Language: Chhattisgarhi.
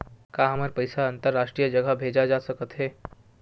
का हमर पईसा अंतरराष्ट्रीय जगह भेजा सकत हे?